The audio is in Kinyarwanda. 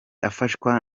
afashwa